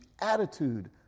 attitude